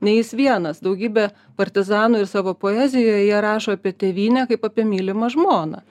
ne jis vienas daugybė partizanų ir savo poezijoj jie rašo apie tėvynę kaip apie mylimą žmoną